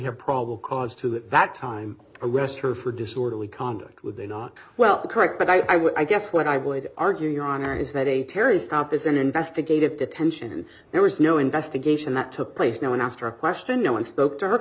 have probable cause to at that time arrest her for disorderly conduct would they not well correct but i would i guess what i would argue your honor is that a terrorist up is an investigative detention and there was no investigation that took place no one asked her a question no one spoke to her